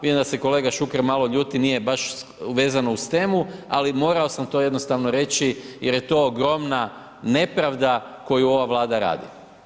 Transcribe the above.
Vidim da se kolega Šuker, malo ljudi, nije baš vezano uz temu, ali morao sam to jednostavno reći, jer je to ogromna nepravda, koju ova vlada radi.